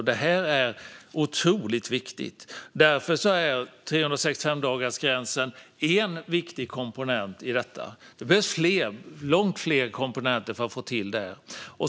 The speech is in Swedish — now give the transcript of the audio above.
Det här är otroligt viktigt. I detta är 365-dagarsgränsen en viktig komponent, men det behövs långt fler komponenter för att få till det här.